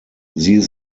sie